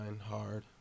hard